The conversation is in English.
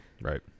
right